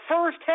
First